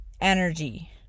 energy